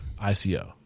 ICO